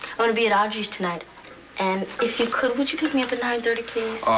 i'm going to be at audrey's tonight and if you could, would you pick me up at nine thirty, please.